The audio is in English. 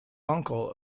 uncle